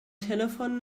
telephone